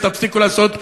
ותפסיקו לעשות משוואות,